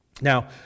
Now